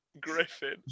griffin